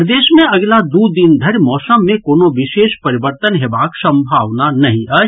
प्रदेश मे अगिला दू दिन धरि मौसम मे कोनो विशेष परिवर्तन हेबाक सम्भावना नहि अछि